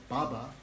Baba